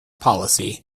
policy